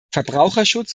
verbraucherschutz